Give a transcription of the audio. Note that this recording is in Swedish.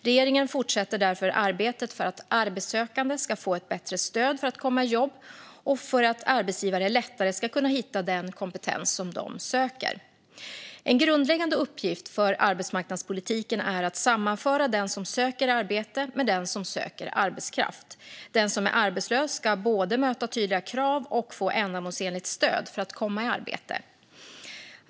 Regeringen fortsätter därför arbetet för att arbetssökande ska få ett bättre stöd för att komma i jobb och för att arbetsgivare lättare ska kunna hitta den kompetens de söker. En grundläggande uppgift för arbetsmarknadspolitiken är att sammanföra den som söker arbete med den som söker arbetskraft. Den som är arbetslös ska både möta tydliga krav och få ändamålsenligt stöd för att komma i arbete.